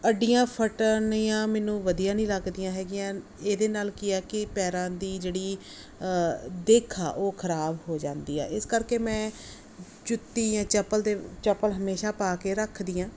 ਅੱਡੀਆਂ ਫਟਣੀਆਂ ਮੈਨੂੰ ਵਧੀਆ ਨਹੀਂ ਲੱਗਦੀਆਂ ਹੈਗੀਆਂ ਇਹਦੇ ਨਾਲ ਕੀ ਆ ਕਿ ਪੈਰਾਂ ਦੀ ਜਿਹੜੀ ਦਿੱਖ ਆ ਉਹ ਖ਼ਰਾਬ ਹੋ ਜਾਂਦੀ ਆ ਇਸ ਕਰਕੇ ਮੈਂ ਜੁੱਤੀ ਜਾਂ ਚੱਪਲ ਅਤੇ ਚੱਪਲ ਹਮੇਸ਼ਾਂ ਪਾ ਕੇ ਰੱਖਦੀ ਹਾਂ